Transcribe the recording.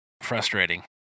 frustrating